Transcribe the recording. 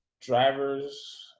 driver's